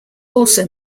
also